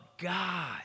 God